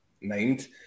named